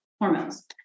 hormones